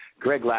Greg